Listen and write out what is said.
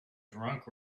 drunk